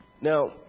Now